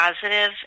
positive